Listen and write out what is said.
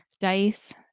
Dice